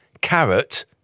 carrot